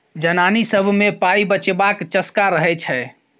जनानी सब मे पाइ बचेबाक चस्का रहय छै